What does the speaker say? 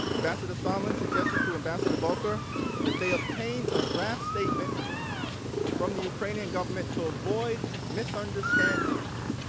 ambassador sondland suggested to ambassador volker that they obtain a draft statement from the ukrainian government to avoid misunderstandings,